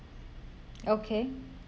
okay